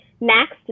Next